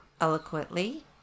eloquently